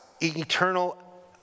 eternal